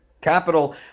capital